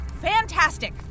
Fantastic